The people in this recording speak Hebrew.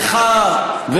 תדבר על